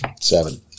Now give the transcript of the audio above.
Seven